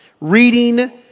reading